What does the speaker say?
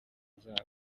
zabo